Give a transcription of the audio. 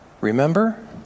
remember